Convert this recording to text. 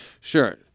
sure